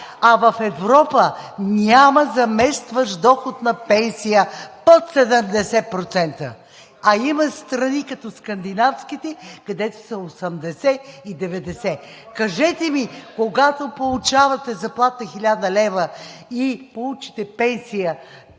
а в Европа няма заместващ доход на пенсия под 70%. А има страни, като скандинавските, където са 80 и 90%. Кажете ми, когато получавате заплата 1000 лв. и получите пенсия